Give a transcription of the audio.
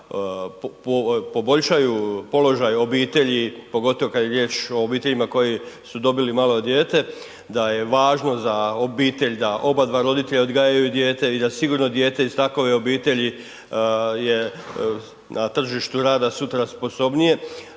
da poboljšaju položaj obitelji pogotovo kada je riječ o obiteljima koje su dobile malo dijete, da je važno za obitelj da oba dva roditelja odgajaju dijete i da sigurno dijete iz takve obitelji je na tržištu rada sutra sposobnije